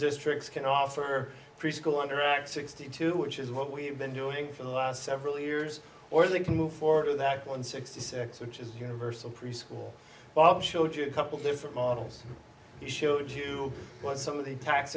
districts can offer preschool interact sixty two which is what we've been doing for the last several years or they can move forward to that one sixty six which is universal preschool bob showed you a couple different models we showed you what some of the tax